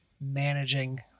managing